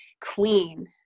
queen